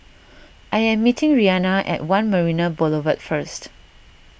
I am meeting Rianna at one Marina Boulevard first